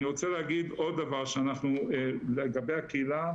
אני רוצה להגיד לגבי הקהילה.